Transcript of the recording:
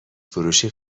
فروشی